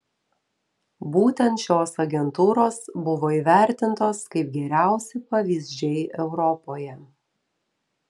būtent šios agentūros buvo įvertintos kaip geriausi pavyzdžiai europoje